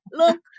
look